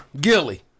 Gilly